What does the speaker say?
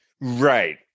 Right